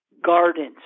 gardens